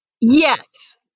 Yes